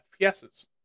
FPSs